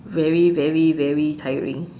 very very very tiring